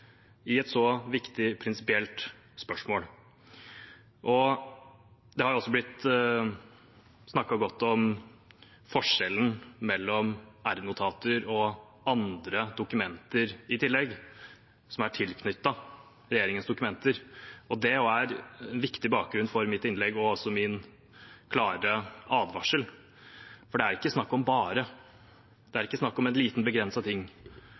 i et så viktig prinsipielt spørsmål. Det er også blitt snakket godt om forskjellen mellom r-notater og andre dokumenter som er tilknyttet regjeringens dokumenter. Det er også en viktig bakgrunn for mitt innlegg og min klare advarsel, for det er ikke snakk om «bare», det er ikke snakk om en liten, begrenset ting.